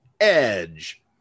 edge